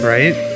Right